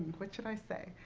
what should i say?